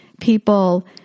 people